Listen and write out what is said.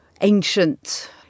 ancient